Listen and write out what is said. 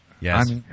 Yes